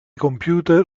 computer